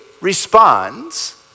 responds